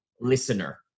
listener